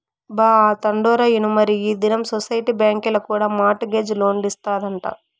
బా, ఆ తండోరా ఇనుమరీ ఈ దినం సొసైటీ బాంకీల కూడా మార్ట్ గేజ్ లోన్లిస్తాదంట